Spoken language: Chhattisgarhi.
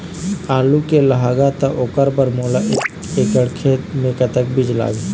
आलू मे लगाहा त ओकर बर मोला एक एकड़ खेत मे कतक बीज लाग ही?